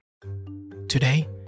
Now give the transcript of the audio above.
Today